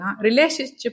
relationship